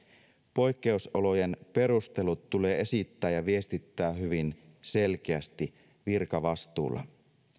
poikkeusolojen perustelut tulee esittää ja viestittää hyvin selkeästi virkavastuulla